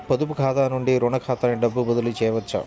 పొదుపు ఖాతా నుండీ, రుణ ఖాతాకి డబ్బు బదిలీ చేయవచ్చా?